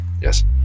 yes